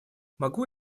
могу